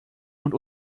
und